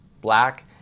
black